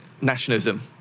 nationalism